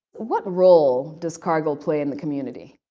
what role does cargill play in the community?